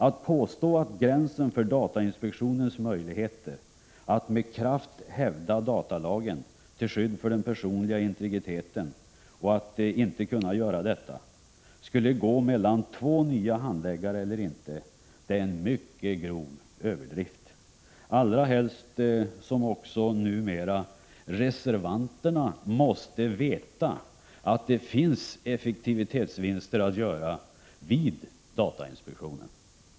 Att påstå att gränsen för datainspektionens möjligheter att med kraft hävda datalagen till skydd för den personliga integriteten skulle gå mellan två nya handläggare eller inte är en mycket grov överdrift — allra helst som reservanterna numera också måste veta att det finns effektivitetsvinster att 137 göra vid datainspektionen.